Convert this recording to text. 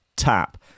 tap